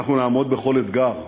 אנחנו נעמוד בכל אתגר,